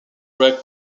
drug